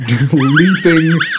leaping